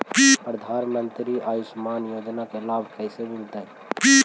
प्रधानमंत्री के आयुषमान योजना के लाभ कैसे मिलतै?